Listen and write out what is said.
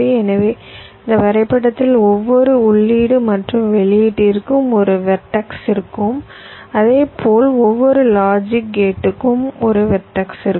எனவே இந்த வரைபடத்தில் ஒவ்வொரு உள்ளீடு மற்றும் வெளியீட்டிற்கும் ஒரு வெர்டெக்ஸ் இருக்கும் அதே போல் ஒவ்வொரு லாஜிக் கேட்டுக்கும் ஒரு வெர்டெக்ஸ் இருக்கும்